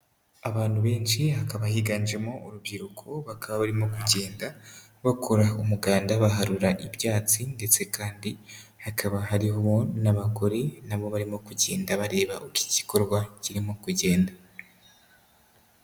Abantu benshi hakaba higanjemo urubyiruko, bakaba barimo kugenda bakora umuganda, baharura ibyatsi ndetse kandi hakaba hariho n'abagore na bo barimo kugenda bareba uko igikorwa kirimo kugenda.